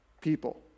people